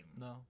No